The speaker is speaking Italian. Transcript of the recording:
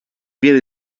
vie